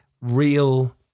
real